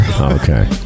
Okay